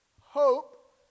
hope